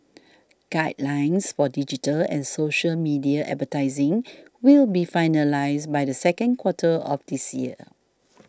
guidelines for digital and social media advertising will be finalised by the second quarter of this year